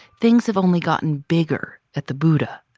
things have only gotten bigger at the buddha.